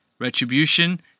Retribution